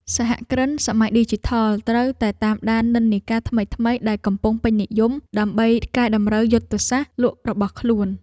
សហគ្រិនសម័យឌីជីថលត្រូវតែតាមដាននិន្នាការថ្មីៗដែលកំពុងពេញនិយម ដើម្បីកែតម្រូវយុទ្ធសាស្ត្រលក់របស់ខ្លួន។